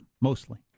mostly